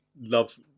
love